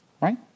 right